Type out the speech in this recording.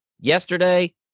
Yesterday